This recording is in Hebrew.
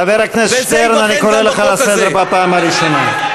חבר הכנסת שטרן, אני קורא אותך לסדר בפעם הראשונה.